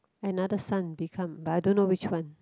another son become but I don't know which one